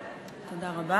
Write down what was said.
תודה רבה.